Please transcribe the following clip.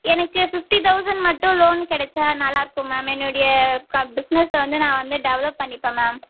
எனக்கு fifty thousand மட்டும் loan கெடைச்சா நல்லாயிருக்கும் மேம் என்னுடைய பிஸ்னஸை வந்து நான் வந்து டெவலப் பண்ணிப்பேன் மேம்